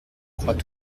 croient